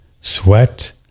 sweat